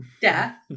death